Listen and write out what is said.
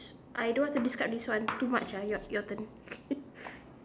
I don't want to describe this one too much ah your your turn